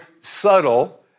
subtle